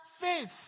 faith